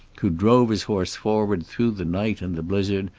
who drove his horse forward through the night and the blizzard,